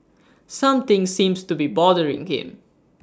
something seems to be bothering him